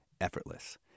effortless